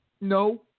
No